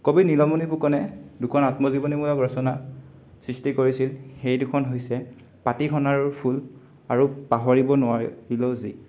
কবি নীলমণি ফুকনে দুখন আত্মজীৱনীমূলক ৰচনা সৃষ্টি কৰিছিল সেই দুখন হৈছে পাতিসোণাৰুৰ ফুল আৰু পাহৰিব নোৱাৰিলো যি